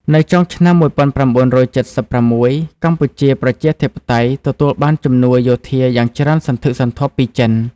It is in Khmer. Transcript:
នៅចុងឆ្នាំ១៩៧៦ កម្ពុជាប្រជាធិបតេយ្យទទួលបានជំនួយយោធាយ៉ាងច្រើនសន្ធឹកសន្ធាប់ពីចិន។